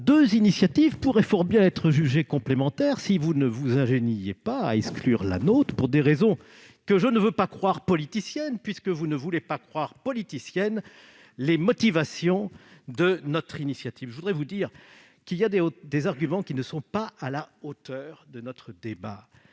deux initiatives pourraient fort bien être jugées complémentaires si vous ne vous ingéniiez pas à exclure la nôtre pour des raisons que je ne veux pas croire politiciennes, au même titre que vous ne voulez pas croire politiciennes les motivations de notre entreprise. Certains arguments ne sont pas à la hauteur du débat.